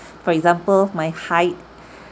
for example my height